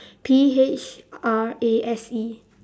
P H R A S E